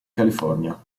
california